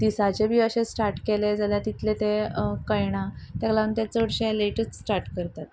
दिसाचे बी अशे स्टार्ट केले जाल्यार तितले ते कळना ताका लागून तें चडशें लेटच स्टार्ट करतात